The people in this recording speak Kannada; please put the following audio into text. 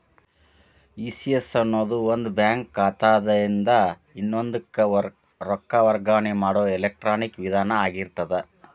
ಇ.ಸಿ.ಎಸ್ ಅನ್ನೊದು ಒಂದ ಬ್ಯಾಂಕ್ ಖಾತಾದಿನ್ದ ಇನ್ನೊಂದಕ್ಕ ರೊಕ್ಕ ವರ್ಗಾವಣೆ ಮಾಡೊ ಎಲೆಕ್ಟ್ರಾನಿಕ್ ವಿಧಾನ ಆಗಿರ್ತದ